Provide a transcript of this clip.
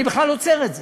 אני בכלל עוצר את זה.